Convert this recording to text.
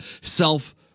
self